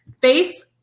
face